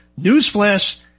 Newsflash